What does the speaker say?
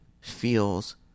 feels